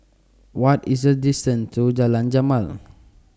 What IS The distance to Jalan Jamal